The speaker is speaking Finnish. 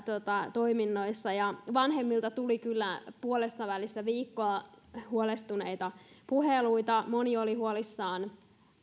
toiminnoissa vanhemmilta tuli kyllä puolessavälissä viikkoa huolestuneita puheluita moni oli huolissaan